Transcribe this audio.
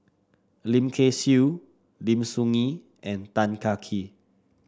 Lim Kay Siu Lim Soo Ngee and Tan Kah Kee